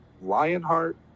Lionheart